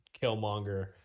killmonger